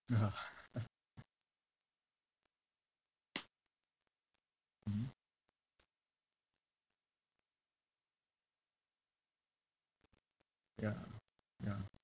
ya mmhmm ya ya